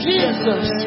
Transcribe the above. Jesus